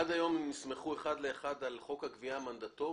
עד היום הן נסמכו אחד לאחד על חוק הגבייה המנדטורי.